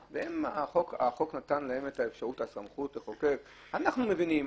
שהחוק נתן לנו את הסמכות לחוקק אבל אנחנו מבינים,